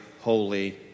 holy